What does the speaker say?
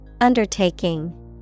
Undertaking